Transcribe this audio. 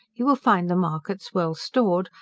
he will find the markets well stored,